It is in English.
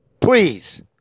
Please